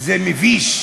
זה מביש.